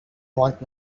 want